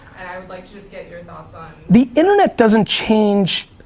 and i would like to just get your thoughts on the internet doesn't change,